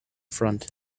front